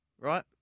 right